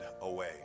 away